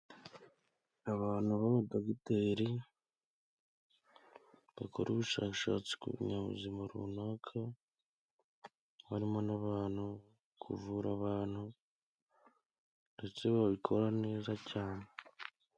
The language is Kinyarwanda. Abantu b' abadogiteri bakora ubushakashatsi ku binyabuzima runaka, harimo n' abantu; kuvura abantu ndetse babikora neza cyane. Abantu b' abadogiteri, bakora ubushakashatsi ku binyabuzima runaka, harimo n' abantu, kuvura abantu ndetse babikora neza cyane.